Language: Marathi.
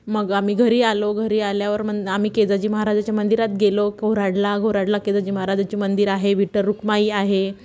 मग आम्ही घरी आलो घरी आल्यावर मन आम्ही केजाजी महाराजाच्या मंदिरात गेलो घोराडला घोराडला केजाजी महाराजाची मंदिर आहे विठ्ठल रुखमाई आहे